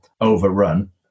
overrun